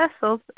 vessels